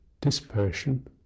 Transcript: dispassion